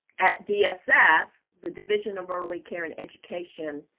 at dss, the division of early care and education,